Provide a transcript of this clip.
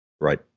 Right